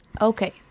Okay